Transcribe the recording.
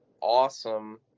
awesome